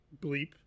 Bleep